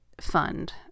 fund